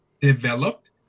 developed